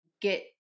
get